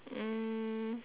um